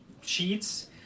sheets